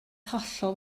hollol